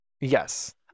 Yes